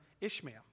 Ishmael